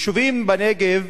יישובים בנגב